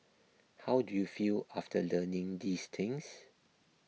how do you feel after learning these things